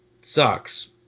sucks